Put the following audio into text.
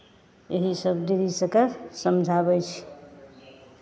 यही सभ दीदी सभकेँ समझाबै छियै